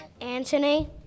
Anthony